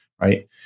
right